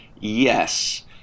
yes